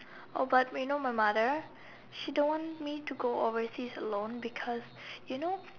oh but you know my mother she don't want me to go overseas alone because you know